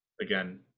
again